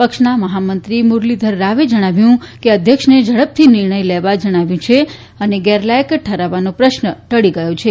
પ્ર ક્ષના મહામંત્રી મુરલીધર રાવે જણાવ્યું કે અધ્યક્ષને ઝડા થી નિર્ણય લેવા જણાવ્યું છે અને ગેરલાયક ઠરાવવાનો પ્રશ્ન ટળી ગયો છે